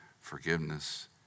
forgiveness